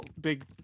Big